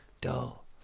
dull